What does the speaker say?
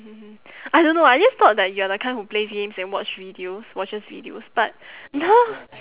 hmm I don't know I just thought that you are the kind who plays games and watch videos watches videos but now